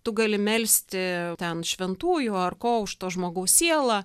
tu gali melsti ten šventųjų ar ko už to žmogaus sielą